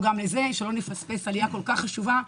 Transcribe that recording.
גם לזה שלא נפספס עלייה כל כך חשובה,